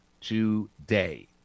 today